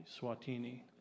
Swatini